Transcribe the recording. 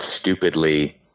stupidly